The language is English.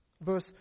Verse